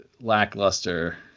lackluster